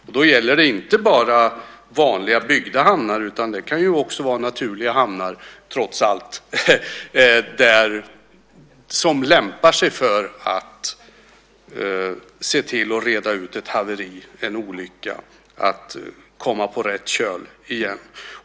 Och då gäller det inte bara vanliga byggda hamnar, utan det kan också vara naturliga hamnar - trots allt - som lämpar sig för att reda ut ett haveri eller en olycka och se till att få fartyget på rätt köl igen.